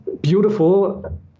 beautiful